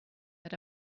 that